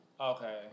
Okay